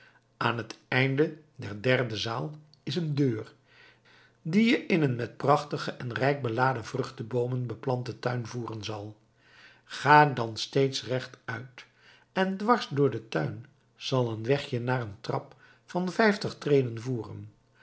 aan het einde der derde zaal is een deur die je in een met prachtige en rijk beladen vruchtboomen beplanten tuin voeren zal ga dan steeds rechtuit en dwars door den tuin zal een weg je naar een trap van vijftig treden voeren